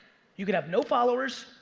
you can have no followers,